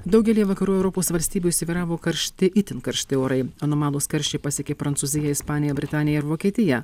daugelyje vakarų europos valstybių įsivyravo karšti itin karšti orai anomalūs karščiai pasiekė prancūziją ispaniją britaniją ir vokietiją